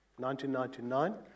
1999